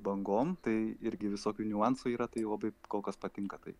bangom tai irgi visokių niuansų yra tai labai kol kas patinka tai